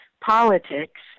politics